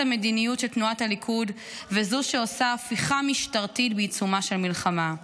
המדיניות של תנועת הליכוד וזו שעושה הפיכה משטרתית בעיצומה של מלחמה.